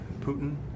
Putin